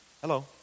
Hello